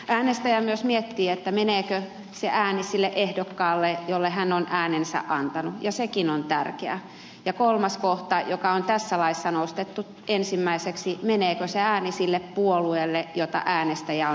äänestäjä myös miettii meneekö se ääni sille ehdokkaalle jolle hän on äänensä antanut sekin on tärkeää ja kolmas kohta joka on tässä laissa nostettu ensimmäiseksi meneekö se ääni sille puolueelle jota äänestäjä on äänestänyt